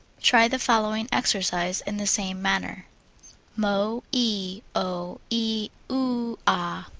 try the following exercise in the same manner mo e o e oo ah.